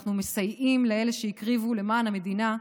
אנחנו מסייעים לאלו שהקריבו למען המדינה,